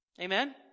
Amen